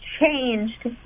changed